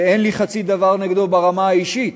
שאין לי חצי דבר נגדו ברמה האישית,